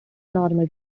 normal